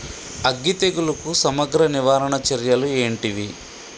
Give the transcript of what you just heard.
అగ్గి తెగులుకు సమగ్ర నివారణ చర్యలు ఏంటివి?